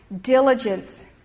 Diligence